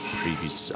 previous